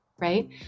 Right